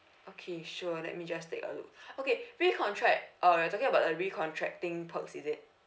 okay sure let me just take a look okay recontract uh you're talking about the recontracting perks is it